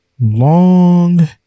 long